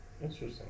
Interesting